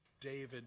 David